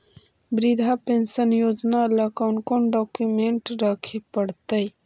वृद्धा पेंसन योजना ल कोन कोन डाउकमेंट रखे पड़तै?